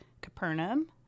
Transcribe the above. Capernaum